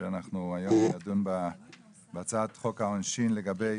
אנחנו היום נדון בהצעת חוק העונשין לגבי